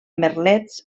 merlets